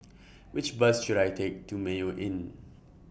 Which Bus should I Take to Mayo Inn